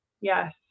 Yes